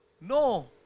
No